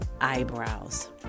eyebrows